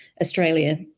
Australia